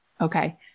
okay